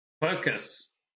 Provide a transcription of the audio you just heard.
focus